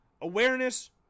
awareness